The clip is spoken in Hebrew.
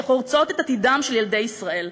שחורצות את עתידם של ילדי ישראל.